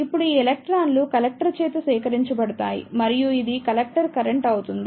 ఇప్పుడు ఈ ఎలక్ట్రాన్లు కలెక్టర్ చేత సేకరించబడతాయి మరియు ఇది కలెక్టర్ కరెంట్ అవుతుంది